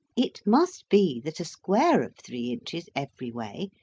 it must be that a square of three inches every way,